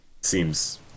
Seems